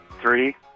three